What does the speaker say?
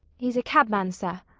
he's a cabman, sir.